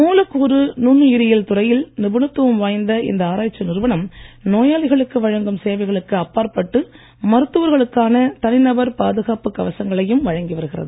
மூலக்கூறு நுண்ணுயிரியல் துறையில் நிபுணத்துவம் வாய்ந்த இந்த ஆராய்ச்சி நிறுவனம் நோயாளிகளுக்கு வழங்கும் சேவைகளுக்கு அப்பாற்பட்டு மருத்துவர்களுக்கான தனிநபர் பாதுகாப்பு கவசங்களையும் வழங்கி வருகிறது